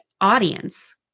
audience